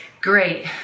great